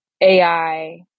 AI